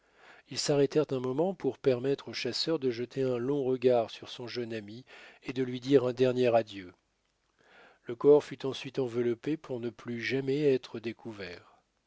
ils s'arrêtèrent un moment pour permettre au chasseur de jeter un long regard sur son jeune ami et de lui dire un dernier adieu le corps fut ensuite enveloppé pour ne plus jamais être découvert